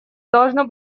должно